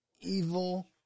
evil